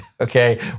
Okay